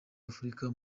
afurika